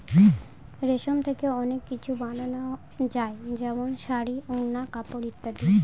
রেশম থেকে অনেক কিছু বানানো যায় যেমন শাড়ী, ওড়না, কাপড় ইত্যাদি